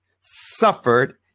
suffered